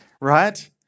right